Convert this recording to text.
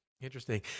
Interesting